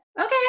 Okay